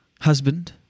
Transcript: husband